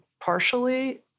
partially